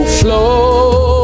flow